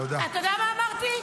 אתה יודע מה אמרתי?